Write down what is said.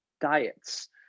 diets